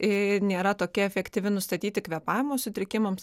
i nėra tokia efektyvi nustatyti kvėpavimo sutrikimams